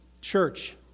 church